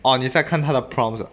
orh 你在看他的 prompts ah